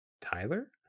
tyler